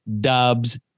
Dubs